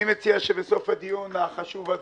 אני מציע שבסוף הדיון החשוב הזה,